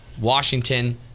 Washington